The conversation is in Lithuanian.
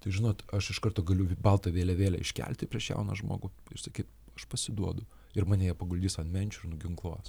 tai žinot aš iš karto galiu baltą vėliavėlę iškelti prieš jauną žmogų ir sakyt aš pasiduodu ir mane jie paguldys ant menčių ir nuginkluos